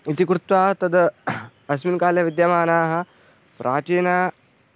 इति कृत्वा तद् अस्मिन् काले विद्यमानाः प्राचीनाः